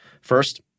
First